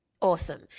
Awesome